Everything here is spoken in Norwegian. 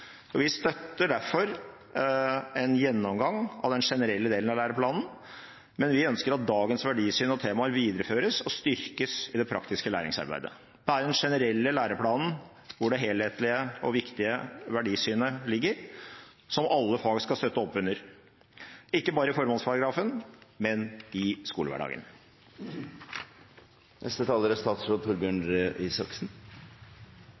Vi støtter derfor en gjennomgang av den generelle delen av læreplanen, men vi ønsker at dagens verdisyn og temaer videreføres og styrkes i det praktiske læringsarbeidet. Det er i den generelle læreplanen det helhetlige og viktige verdisynet ligger, og som alle fag skal støtte opp under – ikke bare i formålsparagrafen, men i skolehverdagen. Saksordføreren sa at skolen hele tiden må være i endring. Det er